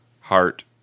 heart